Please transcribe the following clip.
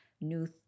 new